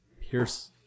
pierce